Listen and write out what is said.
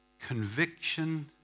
Conviction